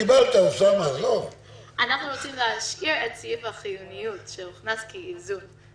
אנחנו רוצים להשאיר את סעיף החיוניות שהוכנס כאיזון.